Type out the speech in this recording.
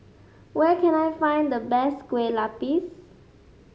where can I find the best Kueh Lupis